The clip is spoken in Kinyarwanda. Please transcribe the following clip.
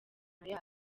yabyo